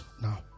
now